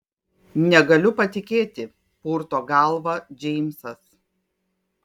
negaliu patikėti purto galvą džeimsas